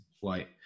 white